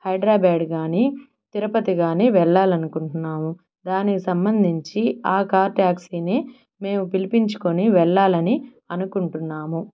హైడ్రాబ్యాడ్ కానీ తిరుపతి కానీ వెళ్ళాలనుకుంటున్నాము దానికి సంబంధించి ఆ కార్ ట్యాక్సీని మేము పిలిపించుకొని వెళ్ళాలని అనుకుంటున్నాము